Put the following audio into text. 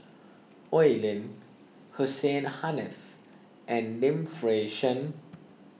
Oi Lin Hussein Haniff and Lim Fei Shen